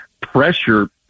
pressure